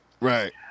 right